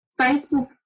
facebook